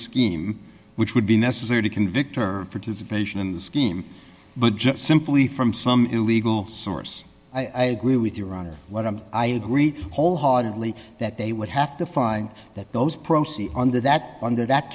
scheme which would be necessary to convict her of participation in the scheme but just simply from some illegal source i agree with your honor what am i agree wholeheartedly that they would have to find that those proceeds on the that under that